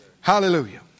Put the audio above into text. Hallelujah